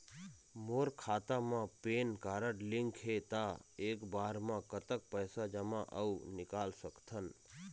मोर खाता मा PAN card link हे ता एक बार मा कतक पैसा जमा अऊ निकाल सकथन?